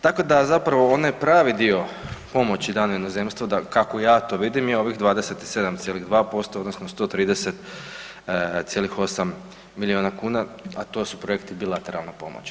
Tako da zapravo onaj pravi dio pomoći dan inozemstvu kako ja to vidim je ovih 27,2% odnosno 130,8 milijuna kuna a to su projekti bilateralne pomoći.